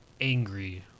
angry